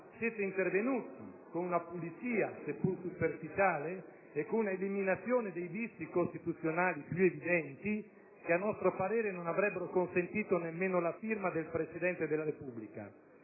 infatti intervenuti con una pulizia, seppur superficiale, e con l'eliminazione dei vizi costituzionali più evidenti, che a nostro parere non avrebbero consentito nemmeno la firma del Presidente della Repubblica.